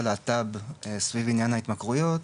לקהילת הלהט"ב סביב עניין ההתמכרויות,